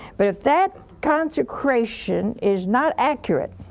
but if that consecration is not accurate,